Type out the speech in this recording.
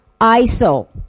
iso